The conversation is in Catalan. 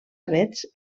avets